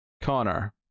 Connor